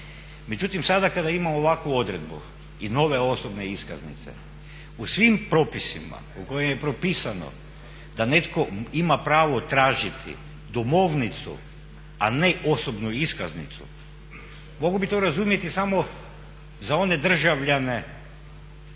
Međutim, sada kada ima ovakvu odredbu i nove osobne iskaznice u svim propisima u kojim je propisano da netko ima pravo tražiti domovnicu a ne osobnu iskaznicu mogao bi to razumjeti za one državljane koji